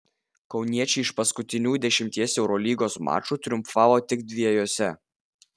kauniečiai iš paskutinių dešimties eurolygos mačų triumfavo tik dviejuose